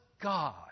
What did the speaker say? God